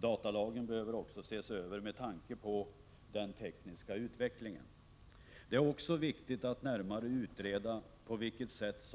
Datalagen behöver också ses över med tanke på den tekhiska utvecklingen. Det är också viktigt att närmare utreda på vilket sätt